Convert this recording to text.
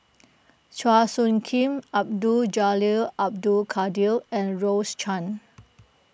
Chua Soo Khim Abdul Jalil Abdul Kadir and Rose Chan